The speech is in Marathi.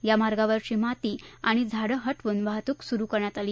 या मार्गावरची माती आणि झाड हव्विन वाहतूक सुरू करण्यात आली